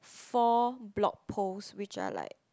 four blog posts which are like